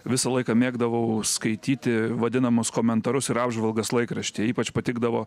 visą laiką mėgdavau skaityti vadinamus komentarus ir apžvalgas laikraštyje ypač patikdavo